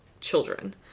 children